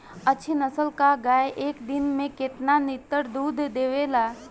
अच्छी नस्ल क गाय एक दिन में केतना लीटर दूध देवे ला?